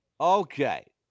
Okay